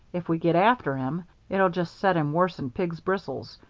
if we get after him, it'll just set him worse'n pig's bristles.